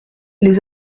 les